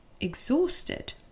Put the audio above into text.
exhausted